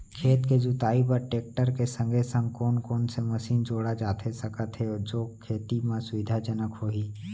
खेत के जुताई बर टेकटर के संगे संग कोन कोन से मशीन जोड़ा जाथे सकत हे जो खेती म सुविधाजनक होही?